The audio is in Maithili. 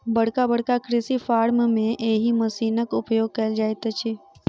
बड़का बड़का कृषि फार्म मे एहि मशीनक उपयोग कयल जाइत अछि